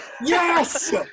Yes